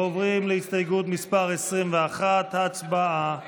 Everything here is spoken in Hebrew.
עוברים להסתייגות מס' 21. הצבעה.